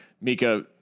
Mika